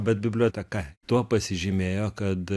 bet biblioteka tuo pasižymėjo kad